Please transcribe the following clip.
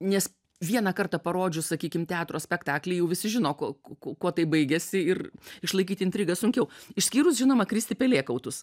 nes vieną kartą parodžius sakykim teatro spektaklį jau visi žino kuo kuo tai baigiasi ir išlaikyti intrigą sunkiau išskyrus žinoma kristi pelėkautus